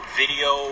video